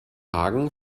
hagen